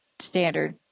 standard